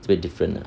with different lah